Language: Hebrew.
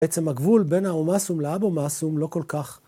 בעצם הגבול בין ההומאסום לאבומאסום לא כל כך